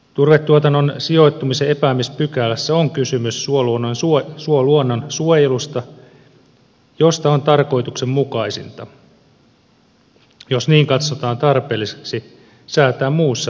turvetuotannon sijoittumisen epäämispykälässä on kysymys suoluonnon suojelusta josta on tarkoituksenmukaisinta jos niin katsotaan tarpeelliseksi säätää muussa lainsäädännössä